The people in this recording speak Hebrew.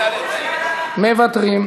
בצלאל, בצלאל, מוותרים.